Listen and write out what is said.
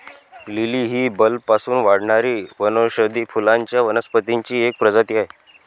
lily ही बल्बपासून वाढणारी वनौषधी फुलांच्या वनस्पतींची एक प्रजाती आहे